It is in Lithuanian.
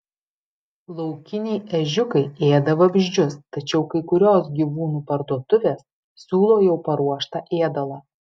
laukiniai ežiukai ėda vabzdžius tačiau kai kurios gyvūnų parduotuvės siūlo jau paruoštą ėdalą